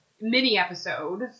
mini-episode